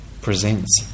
presents